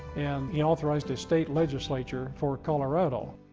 and he authorized a state legislature for colorado.